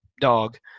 dog